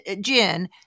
Jen